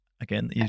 again